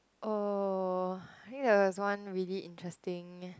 oh ya is one really interesting